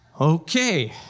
Okay